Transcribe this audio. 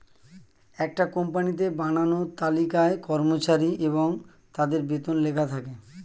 একটা কোম্পানিতে বানানো তালিকায় কর্মচারী এবং তাদের বেতন লেখা থাকে